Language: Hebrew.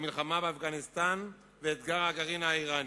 המלחמה באפגניסטן ואתגר הגרעין האירני,